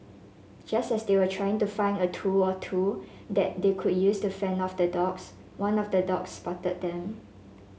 just as they were trying to find a tool or two that they could use to fend off the dogs one of the dogs spotted them